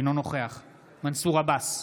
אינו נוכח מנסור עבאס,